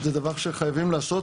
זה דבר שחייבים לעשות,